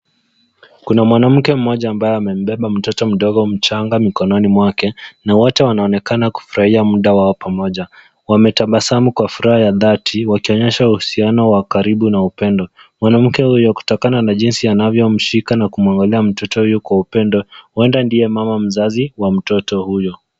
Kuna mwanamke mmoja ambaye amembeba mtoto mdogo mchanga mikononi mwake, na wote wanaonekana kufurahia muda wao pamoja. Wametabasamu kwa furaha ya dhati, wakionyesha uhusiano wa karibu na upendo. Mwanamke huyo kutokana na jinsi anavyomshika na kumwangalia mtoto huyu kwa upendo, huenda ndiye mama mzazi, wa mtoto huyo.